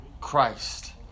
Christ